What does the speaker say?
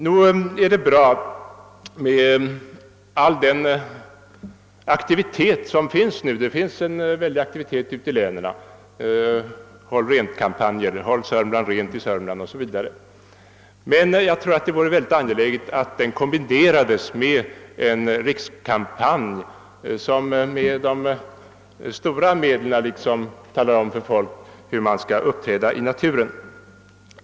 Nog är det bra med all den aktivitet som förekommer nu ute i länen med »Håll-rent»-kampanjen, »Håll Sörmland rent» 0. s. v., men jag tror att det är mycket angeläget att den kombineras med en mera omfattande rikskampanj, varigenom man talar om för folk hur man skall uppträda i naturen.